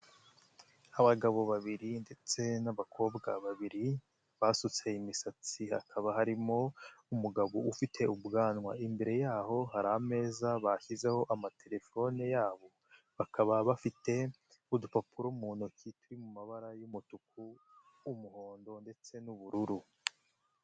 Abagabo babiri ndetse n'abakobwa babiri basutse imisatsi hakaba harimo umugabo ufite ubwanwa, imbere y'aho hari ameza bashyizeho amatelefone yabo, bakaba bafite udupapuro mu ntoki turi mu mabara y'umutuku, umuhondo ndetse n'ubururu.